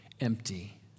empty